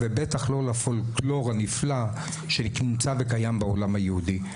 ובטח לא לפולקלור הנפלא שנמצא וקיים בעולם היהודי.